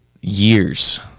years